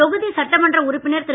தொகுதி சட்டமன்ற உறுப்பினர் திரு